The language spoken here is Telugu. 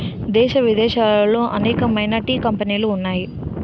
దేశ విదేశాలలో అనేకమైన టీ కంపెనీలు ఉన్నాయి